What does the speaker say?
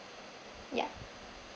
ya